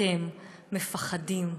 אתם מפחדים.